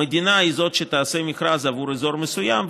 המדינה היא שתעשה מכרז עבור אזור מסוים,